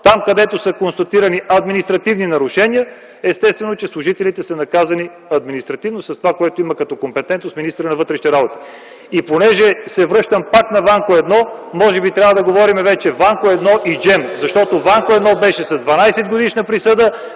Там, където са констатирани административни нарушения, естествено, че служителите са наказани административно с това, което има като компетентност министърът на вътрешните работи. И понеже се връщам пак на Ванко 1, може би трябва да говорим вече за Ванко 1 и Джем. Защото Ванко 1 беше с 12-годишна присъда,